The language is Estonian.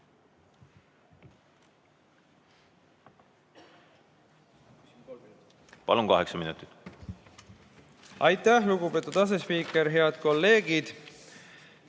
Palun, kaheksa minutit!